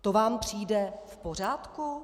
To vám přijde v pořádku?